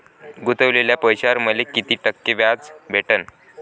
गुतवलेल्या पैशावर मले कितीक टक्के व्याज भेटन?